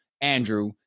Andrew